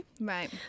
Right